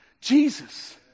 Jesus